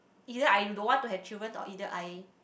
either I you don't want to have children or either I